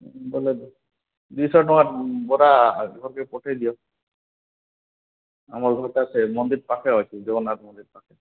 ବୋଲେ ଦୁଇଶହ ଟଙ୍କା ବରା ଘର କେ ପଠାଇ ଦିଅ ଆମ ଘର ଟା ସେ ମନ୍ଦିର ପାଖେ ଅଛି ଜଗନ୍ନାଥ ମନ୍ଦିର ପାଖେ